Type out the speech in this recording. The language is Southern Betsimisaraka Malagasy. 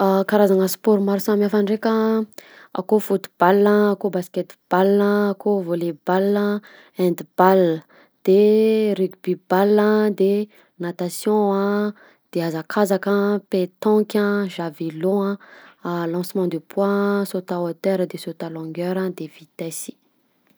Ah karazana sport maro samy hafa ndreka a: akao foot-ball a, akao basket-ball a, akao volley-ball a, hannd-ball, de rugby-ball, de natation a, hazakazaka, petanque a, javelo a, a lancement de poid a, saute a hauteur, de saute a longueur, de vitesse.